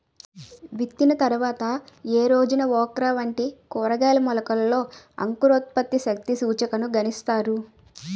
విత్తిన తర్వాత ఏ రోజున ఓక్రా వంటి కూరగాయల మొలకలలో అంకురోత్పత్తి శక్తి సూచికను గణిస్తారు?